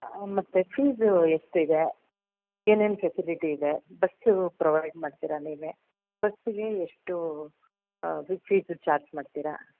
ಮತ್ತು ಫೀಸು ಎಷ್ಟಿದೆ ಏನೇನು ಫೆಸಿಲಿಟಿ ಇದೆ ಬಸ್ಸು ಪ್ರೊವೈಡ್ ಮಾಡ್ತೀರಾ ನೀವೇ ಬಸ್ಗೆ ಎಷ್ಟೂ ಫೀಸು ಚಾರ್ಜ್ ಮಾಡ್ತೀರಾ